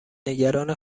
نگران